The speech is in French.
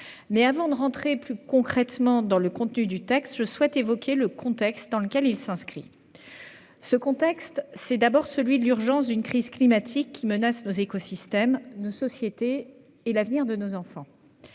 Avant d'entrer plus concrètement dans le contenu de ce texte, je souhaite évoquer le contexte dans lequel il s'inscrit. Ce contexte, c'est d'abord celui de l'urgence d'une crise climatique qui menace nos écosystèmes, nos sociétés et l'avenir de nos enfants